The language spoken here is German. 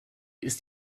ist